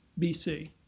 BC